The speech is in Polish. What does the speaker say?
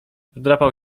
wdrapał